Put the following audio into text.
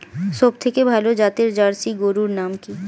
সবথেকে ভালো জাতের জার্সি গরুর নাম কি?